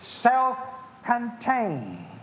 self-contained